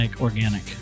organic